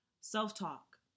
Self-talk